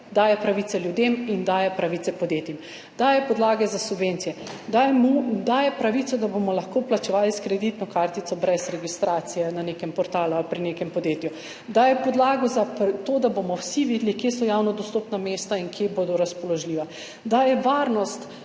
Daje pravice ljudem in daje pravice podjetjem. Daje podlage za subvencije. Daje pravico, da bomo lahko plačevali s kreditno kartico brez registracije na nekem portalu ali pri nekem podjetju. Daje podlago za to, da bomo vsi videli, kje so javno dostopna mesta in kje bodo razpoložljiva. Daje varnost